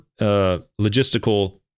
logistical